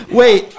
wait